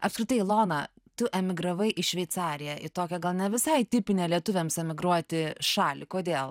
apskritai ilona tu emigravai į šveicariją į tokią gana visai tipinę lietuviams emigruoti šalį kodėl